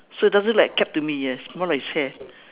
so it doesn't look like cap to me yes more like his hair